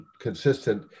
consistent